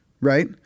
right